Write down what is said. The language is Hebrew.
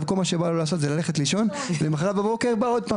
וכל מה שהוא רוצה זה ללכת לישון ולמחרת עוד הפעם,